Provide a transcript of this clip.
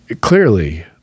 Clearly